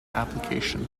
application